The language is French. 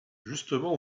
justement